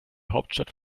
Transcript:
hauptstadt